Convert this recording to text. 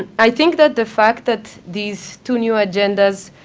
i think that the fact that these two new agendas,